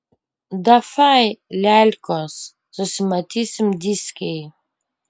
dafai lelkos susimatysim dyskėj